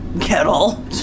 Kettle